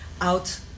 out